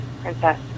princess